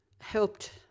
helped